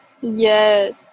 Yes